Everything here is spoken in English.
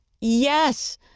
yes